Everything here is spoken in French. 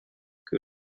que